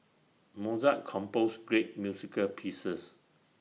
Mozart composed great musical pieces